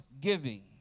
giving